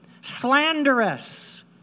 Slanderous